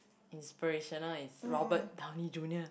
inspirational is Robert Downey Junior